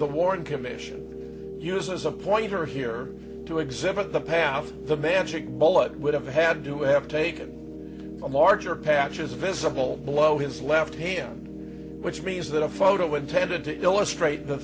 the warren commission uses a pointer here to exhibit the path of the magic bullet would have had to have taken a larger patches visible below his left hand which means that a photo intended to illustrate the